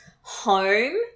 home